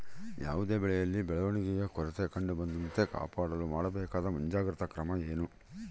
ಯಾವುದೇ ಬೆಳೆಯಲ್ಲಿ ಬೆಳವಣಿಗೆಯ ಕೊರತೆ ಬರದಂತೆ ಕಾಪಾಡಲು ಮಾಡಬೇಕಾದ ಮುಂಜಾಗ್ರತಾ ಕ್ರಮ ಏನು?